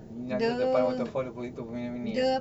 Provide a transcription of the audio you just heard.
nak duduk depan waterfall kat situ berapa minit